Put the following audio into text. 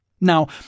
Now